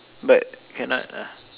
but cannot ah